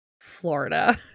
Florida